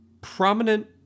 prominent